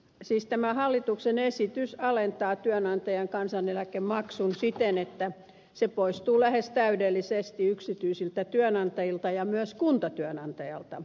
siis tämä hallituksen esitys alentaa työnantajan kansaneläkemaksun siten että se poistuu lähes täydellisesti yksityisiltä työnantajilta ja myös kuntatyönantajalta